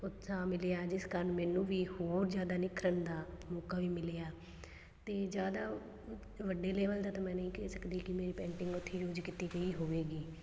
ਉਤਸ਼ਾਹ ਮਿਲਿਆ ਜਿਸ ਕਾਰਨ ਮੈਨੂੰ ਵੀ ਹੋਰ ਜ਼ਿਆਦਾ ਨਿਖਰਨ ਦਾ ਮੌਕਾ ਵੀ ਮਿਲਿਆ ਅਤੇ ਜ਼ਿਆਦਾ ਵੱਡੇ ਲੈਵਲ ਦਾ ਤਾਂ ਮੈਂ ਨਹੀਂ ਕਹਿ ਸਕਦੀ ਕਿ ਮੇਰੀ ਪੇਂਟਿੰਗ ਉੱਥੇ ਯੂਜ ਕੀਤੀ ਗਈ ਹੋਵੇਗੀ